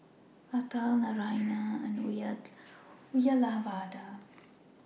Atal Naraina and Uyyalawada